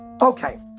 Okay